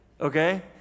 Okay